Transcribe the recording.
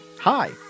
Hi